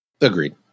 Agreed